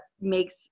makes